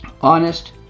honest